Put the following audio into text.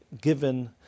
given